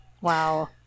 Wow